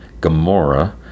Gamora